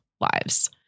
lives